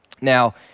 Now